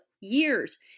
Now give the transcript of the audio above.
years –